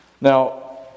Now